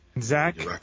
Zach